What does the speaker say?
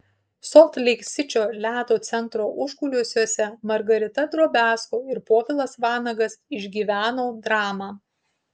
solt leik sičio ledo centro užkulisiuose margarita drobiazko ir povilas vanagas išgyveno dramą